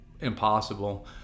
impossible